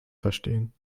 verstehen